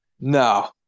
No